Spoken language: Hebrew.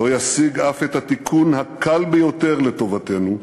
לא ישיג אף את התיקון הקל ביותר לטובתנו,